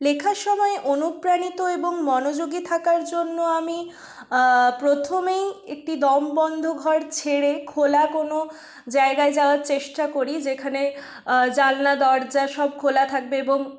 লেখার সময় অনুপ্রাণিত এবং মনোযোগী থাকার জন্য আমি প্রথমেই একটি দমবন্ধ ঘর ছেড়ে খোলা কোনো জায়গায় যাওয়ার চেষ্টা করি যেখানে জানলা দরজা সব খোলা থাকবে এবং